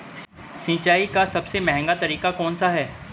सिंचाई का सबसे महंगा तरीका कौन सा है?